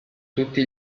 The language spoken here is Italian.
tutti